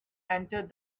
entered